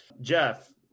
Jeff